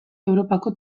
europako